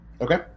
Okay